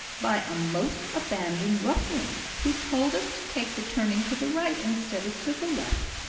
by a most abandoned ruffian, who told us to take the turning to the right instead of to the left.